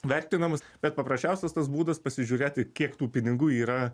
vertinamas bet paprasčiausias tas būdas pasižiūrėti kiek tų pinigų yra